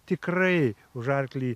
tikrai už arklį